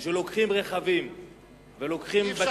היום לוקחים רכבים ובתים,